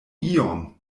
iom